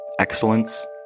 excellence